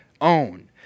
own